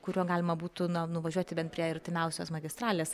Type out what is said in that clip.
kuriuo galima būtų na nuvažiuoti bent prie artimiausios magistralės